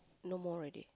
no more already